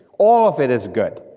all of it is good.